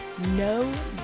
No